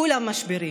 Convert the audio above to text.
כולם משברים.